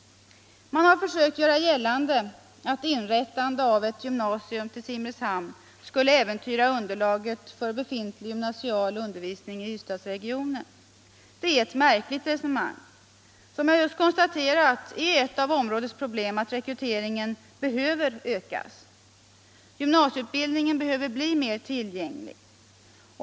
Man har försökt göra gällande att inrättande av ett gymnasium i Simrishamn skulle äventyra underlaget för befintlig gymnasial undervisning i Ystadsregionen. Det är ett märkligt resonemang. Som jag just konstaterat är ett av områdets problem att rekryteringen behöver ökas. Gymnasieutbildning behöver bli mer tillgänglig.